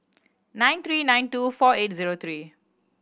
nine three nine two four eight zero three